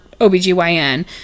OBGYN